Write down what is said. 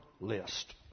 list